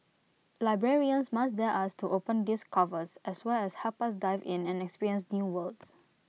librarians must dare us to open these covers as well as help us dive in and experience new worlds